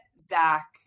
zach